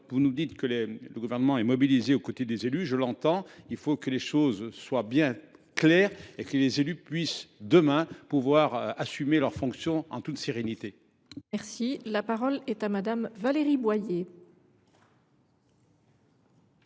Vous nous dites que le Gouvernement est mobilisé aux côtés des élus ; je veux bien l’entendre. Il faut que les choses soient bien claires et que les élus puissent, demain, assumer leurs fonctions en toute sérénité. La parole est à Mme Valérie Boyer,